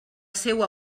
seua